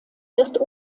ist